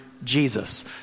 Jesus